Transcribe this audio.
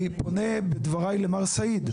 אני פונה בדבריי למר סאיד.